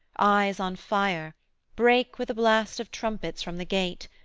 eyes on fire brake with a blast of trumpets from the gate,